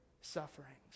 sufferings